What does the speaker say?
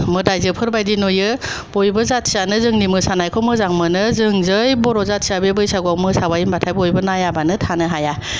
मोदाइजोफोर बायदि नुयो बयबो जाथिआनो जोंनि मोसानायखौ मोजां मोनो जों जै बर' जाथिआ बेबादि बैसागुआव मोसाबाय होनबाथाय बयबो नायाबानो थानो हाया